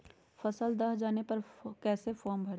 फसल दह जाने पर कैसे फॉर्म भरे?